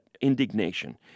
indignation